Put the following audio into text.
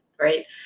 right